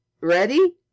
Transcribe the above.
ready